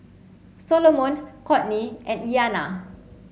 Solomon Kourtney and Iyanna